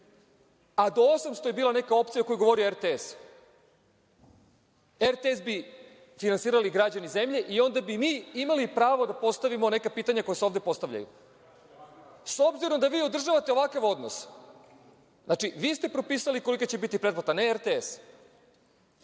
a do 800 je bila opcija o kojoj je govorio RTS, RTS bi finansirali građani zemlje i onda bi mi imali pravo da postavimo neka pitanja koja se ovde postavljaju.S obzirom da vi održavate ovakav odnos, znači, vi ste propisali kolika će biti pretplata, ne RTS,